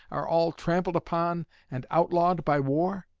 are all trampled upon and outlawed by war?